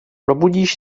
probudíš